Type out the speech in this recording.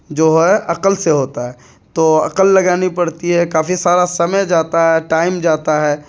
جو ہے عقل سے ہوتا ہے تو عقل لگانی پڑتی ہے کافی سارا سمے جاتا ہے ٹائم جاتا ہے